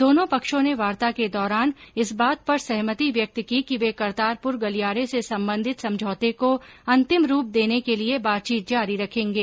दोनों पक्षों ने वार्ता के दौरान इस बात पर सहमति व्यक्त की कि वे करतारपुर गलियारे से संबंधित समझौते को अंतिम रूप देने के लिए बातचीत जारी रखेंगे